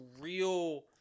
real